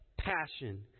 Passion